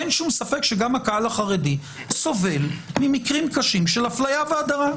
אין ספק שגם הקהל החרדי סובל ממקרים קשים של אפליה והדרה.